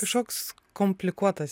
kažkoks komplikuotas